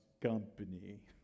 company